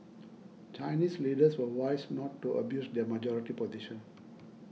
Chinese leaders were wise not to abuse their majority position